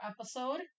episode